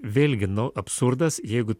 vėlgi nu absurdas jeigu